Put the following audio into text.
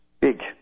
big